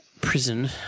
prison